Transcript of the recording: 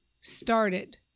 started